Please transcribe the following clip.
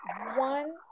one